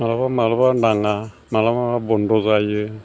मालाबा मालाबा नाङा मालाबा मालाबा बन्द' जायो